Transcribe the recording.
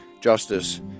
justice